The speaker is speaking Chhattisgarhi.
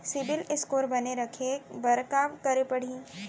सिबील स्कोर बने रखे बर का करे पड़ही?